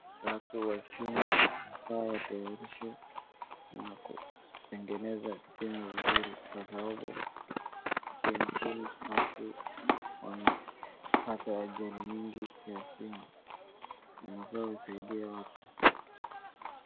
Watu wa stima wanafaa watayarishe na kutengeneza stima vizuri. Kwa sababu pengine watu wamepata ajali mingi ya stima, na wanafaa wasaidie watu.